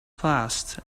passed